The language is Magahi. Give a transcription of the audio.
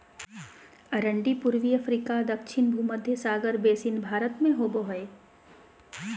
अरंडी पूर्वी अफ्रीका दक्षिण भुमध्य सागर बेसिन भारत में होबो हइ